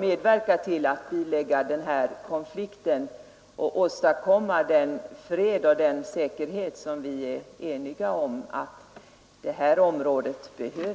medverka till att bilägga denna konflikt och åstadkomma den fred och säkerhet som vi är eniga om att detta område behöver.